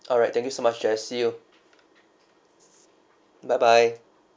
alright thank you so much jess see you bye bye